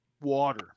water